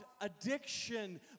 addiction